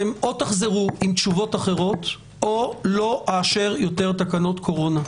או שתחזרו עם תשובות אחרות או שלא אאשר יותר תקנות קורונה.